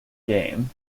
game